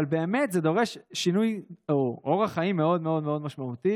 אבל זה באמת דורש שינוי אורח חיים מאוד מאוד מאוד משמעותי.